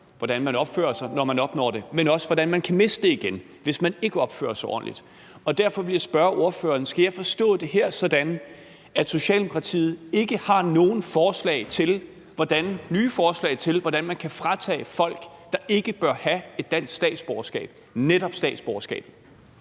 hvordan man opfører sig, når man opnår det; men også, hvordan man kan miste det igen, hvis man ikke opfører sig ordentligt. Og derfor vil jeg spørge ordføreren: Skal jeg forstå det her sådan, at Socialdemokratiet ikke har nogen nye forslag til, hvordan man kan fratage folk, der ikke bør have et dansk statsborgerskab, netop statsborgerskab?